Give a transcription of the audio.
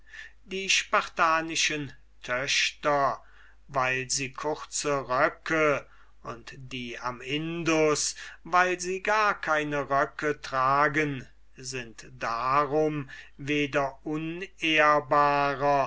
die spartanischen töchter weil sie kurze röcke und die am indus weil sie gar keine röcke tragen sind darum weder unehrbarer